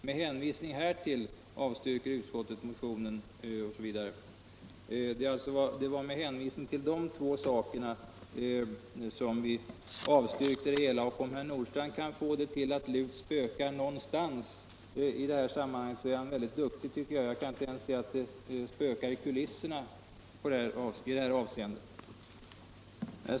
Men hänvisning härtill avstyrker utskottet motionen 1975:40 yrkandet 1 och motionen 1975:1416.” Det var med hänvisning till dessa båda saker som vi avstyrkte förslaget. Om herr Nordstrandh kan få det till att LUT spökar någonstans i detta sammanhang, är han duktig. Jag kan inte ens se att LUT spökar i kulisserna i det här avseendet.